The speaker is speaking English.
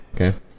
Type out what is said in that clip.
Okay